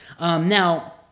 Now